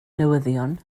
newyddion